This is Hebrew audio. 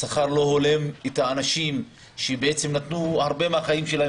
השכר לא הולם את האנשים שנתנו הרבה מהחיים שלהם